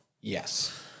Yes